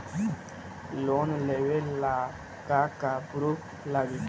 Loan लेबे ला का का पुरुफ लागि?